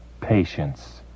patience